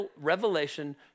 revelation